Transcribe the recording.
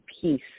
peace